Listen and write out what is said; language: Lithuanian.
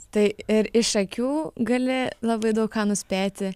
tai ir iš akių gali labai daug ką nuspėti